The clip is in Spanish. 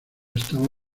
estaba